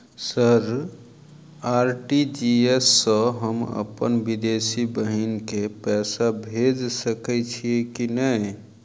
Sir RTGS सँ हम अप्पन विदेशी बहिन केँ पैसा भेजि सकै छियै की नै?